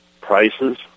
Prices